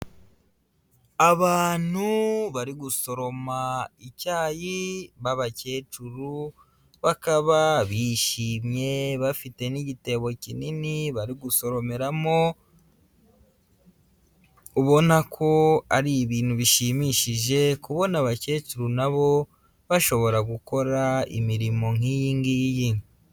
Abantu bari gusoroma icyayi b'abakecuru, bakaba bishimye, bafite n'igitebo kinini bari gusoromeramo, ubona ko ari ibintu bishimishije kubona abakecuru na bo bashobora gukora imirimo nk'iyi ngiyi.